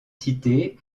cité